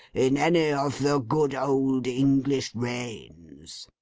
in any of the good old english reigns